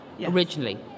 originally